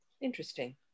Interesting